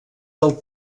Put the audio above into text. del